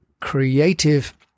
creative